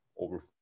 over